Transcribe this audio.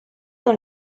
dans